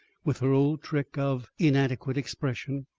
with her old trick of inadequate expression.